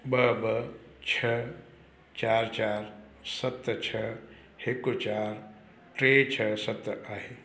ॿ ॿ छह चार चार सत छह हिकु चार टे छह सत आहे